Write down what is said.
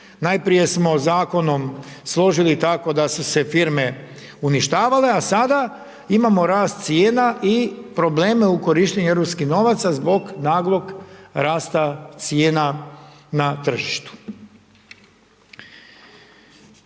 Najprije smo zakonom složili tako da su se firme uništavale a sada imamo rast cijena i probleme o korištenju europskih novaca zbog naglog rasta cijena na tržištu.